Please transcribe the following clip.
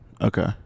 Okay